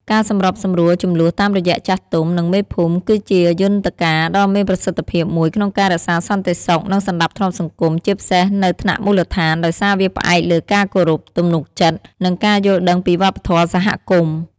ការសម្របសម្រួលជម្លោះតាមរយៈចាស់ទុំ និងមេភូមិ គឺជាយន្តការដ៏មានប្រសិទ្ធភាពមួយក្នុងការរក្សាសន្តិសុខ និងសណ្តាប់ធ្នាប់សង្គម ជាពិសេសនៅថ្នាក់មូលដ្ឋាន ដោយសារវាផ្អែកលើការគោរព ទំនុកចិត្ត និងការយល់ដឹងពីវប្បធម៌សហគមន៍។